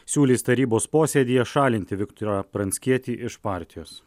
siūlys tarybos posėdyje šalinti viktorą pranckietį iš partijos